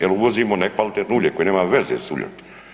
Jer uvozimo nekvalitetno ulje koje nema veze s uljem.